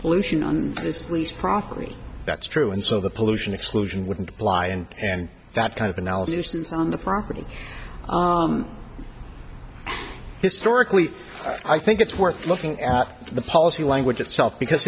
pollution on this lease property that's true and so the pollution exclusion wouldn't apply and and that kind of analysis on the property historically i think it's worth looking at the policy language itself because